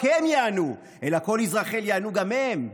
הם ייהנו אלא כל האזרחים ייהנו גם הם,